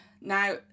now